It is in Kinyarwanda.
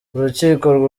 urukiko